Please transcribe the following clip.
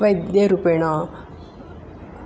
वैद्यरूपेण